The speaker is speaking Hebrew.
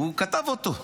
הוא כתב אותו,